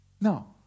No